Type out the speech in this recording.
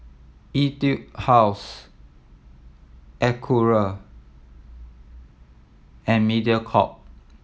Etude House Acura and Mediacorp